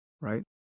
right